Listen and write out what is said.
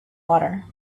water